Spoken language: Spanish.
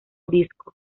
disco